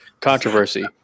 controversy